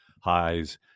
highs